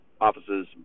offices